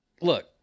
look